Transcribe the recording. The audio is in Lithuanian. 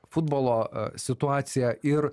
futbolo a situaciją ir